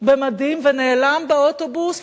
במדים, ונעלם באוטובוס.